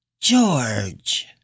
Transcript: George